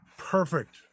perfect